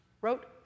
wrote